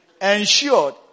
ensured